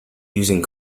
using